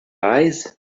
lies